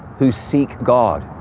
who seek god.